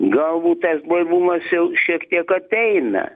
galbūt tas blaivumas jau šiek tiek ateina